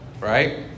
Right